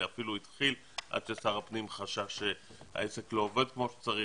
אפילו התחיל עד ששר הפנים חשש שהעסק לא עובד כמו שצריך.